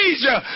Asia